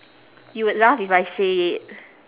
you would laugh if I say it